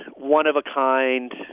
one of a kind,